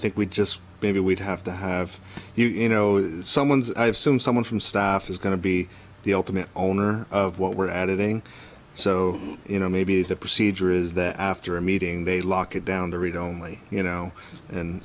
think we just maybe we'd have to have you know that someone's i have some someone from staff is going to be the ultimate owner of what we're adding so you know maybe the procedure is that after a meeting they lock it down to read only you know and